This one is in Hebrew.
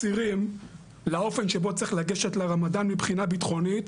הצירים לאופן שבו צריך לגשת לרמדאן מבחינה ביטחונית,